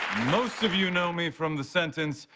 most of you know me from the sentence,